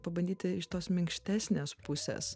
pabandyti iš tos minkštesnės pusės